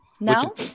No